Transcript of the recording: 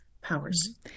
powers